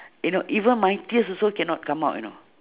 you know even my tears also cannot come out you know